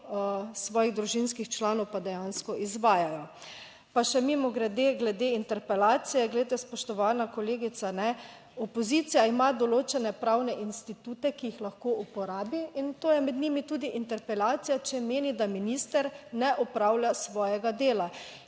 svojih družinskih članov pa dejansko izvajajo. Pa še mimogrede glede interpelacije, glejte spoštovana kolegica, opozicija ima določene pravne institute, ki jih lahko uporabi in to je med njimi tudi interpelacija, če meni, da minister ne opravlja svojega dela.